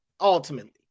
ultimately